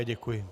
Děkuji.